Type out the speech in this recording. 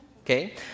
okay